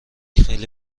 خیلی